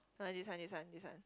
not this one this one this one